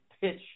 pitch